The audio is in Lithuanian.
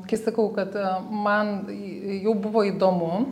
kai sakau kad man jau buvo įdomu